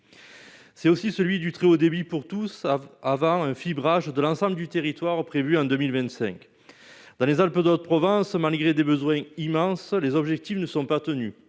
c'est aussi celui du très haut débit pour tous avant un fibrage de l'ensemble du territoire prévue en 2025, dans les Alpes-de-Haute-Provence, malgré des besoins immenses les objectifs ne sont pas tenus,